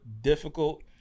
difficult-